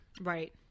Right